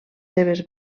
seves